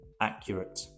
accurate